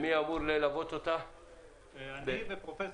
ילוו אותה אורי שרון ופרופ'